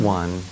one